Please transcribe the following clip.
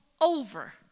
over